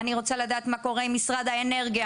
אני רוצה לדעת מה קורה עם משרד האנרגיה,